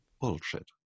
bullshit